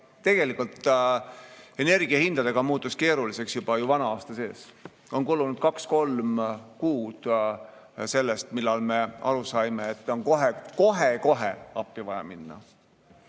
No olukord energiahindadega muutus keeruliseks juba vana aasta sees. On kulunud kaks-kolm kuud sellest, mil me aru saime, et on kohe-kohe vaja appi minna.